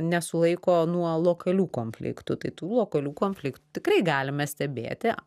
nesulaiko nuo lokalių konfliktų tai tų lokalių konfliktų tikrai galime stebėti